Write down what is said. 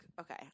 okay